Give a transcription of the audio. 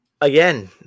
Again